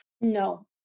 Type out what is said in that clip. No